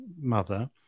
mother